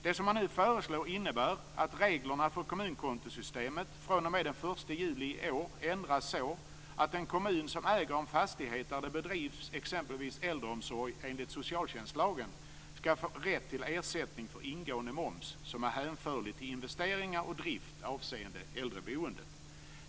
Det som man nu föreslår innebär att reglerna för kommunkontosystemet den 1 juli i år ändras så att en kommun som äger en fastighet där det bedrivs exempelvis äldreomsorg enligt socialtjänstlagen skall få rätt till ersättning för ingående moms som är hänförlig till investeringar och drift avseende äldreboendet.